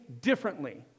differently